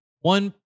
one